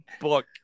book